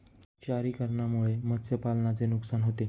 क्षारीकरणामुळे मत्स्यपालनाचे नुकसान होते